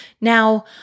Now